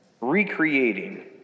recreating